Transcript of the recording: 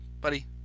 buddy